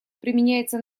применяется